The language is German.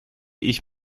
ich